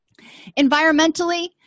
Environmentally